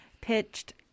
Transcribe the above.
pitched